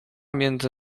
między